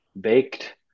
baked